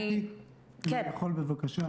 בבקשה.